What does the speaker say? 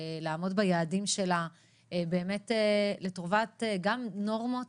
לעמוד ביעדים שלה לטובת גם נורמות